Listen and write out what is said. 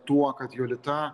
tuo kad jolita